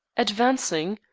advancing,